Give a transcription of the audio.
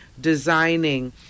designing